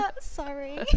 Sorry